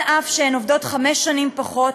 אף שהן עובדות חמש שנים פחות,